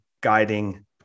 guiding